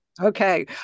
Okay